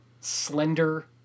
Slender